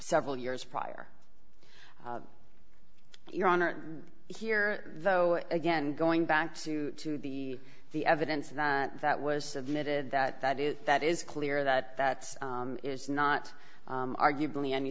several years prior to your honor here though again going back to to the the evidence that that was submitted that that is that is clear that that is not arguably any